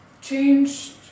changed